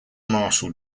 marshal